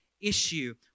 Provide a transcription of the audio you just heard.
issue